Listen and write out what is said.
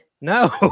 No